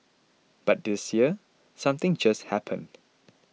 but this year something just happened